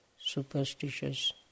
superstitious